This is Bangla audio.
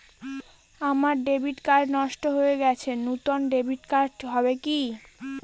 আমার ডেবিট কার্ড নষ্ট হয়ে গেছে নূতন ডেবিট কার্ড হবে কি?